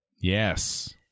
Yes